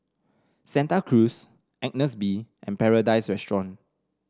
Santa Cruz Agnes B and Paradise Restaurant